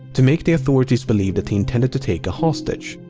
to make the authorities believe that he intended to take a hostage.